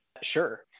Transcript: Sure